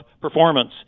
performance